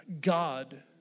God